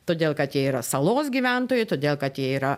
todėl kad jie yra salos gyventojai todėl kad jie yra